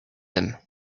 them